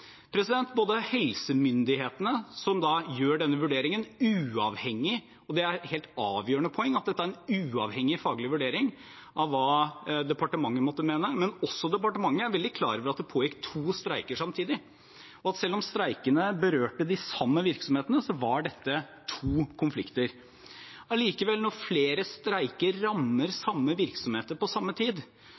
Både helsemyndighetene, som gjør denne vurderingen uavhengig – og det er et helt avgjørende poeng at dette er en faglig vurdering uavhengig av hva departementet måtte mene – og også departementet er veldig klar over at det pågikk to streiker samtidig. Selv om streikene berørte de samme virksomhetene, var dette to konflikter. Allikevel: Når flere streiker rammer samme virksomheter på samme tid,